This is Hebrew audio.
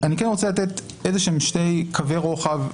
אני רוצה לתת שני קווי רוחב,